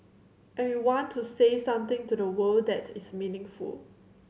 and we want to say something to the world that is meaningful